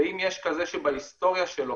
ואם יש כזה שבהיסטוריה שלו,